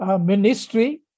ministry